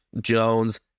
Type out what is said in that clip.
Jones